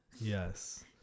Yes